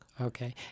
Okay